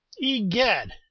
Egad